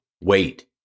wait